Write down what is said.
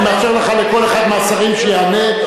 אני מאפשר לכל אחד מהשרים שיענה.